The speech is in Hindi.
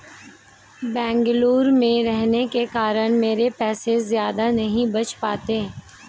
बेंगलुरु में रहने के कारण मेरे पैसे ज्यादा नहीं बच पाते